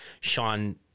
Sean